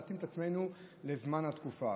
ולהתאים את עצמנו לזמן התקופה.